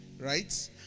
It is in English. Right